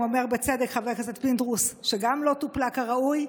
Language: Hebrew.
אומר בצדק חבר הכנסת פינדרוס שגם היא לא טופלה כראוי,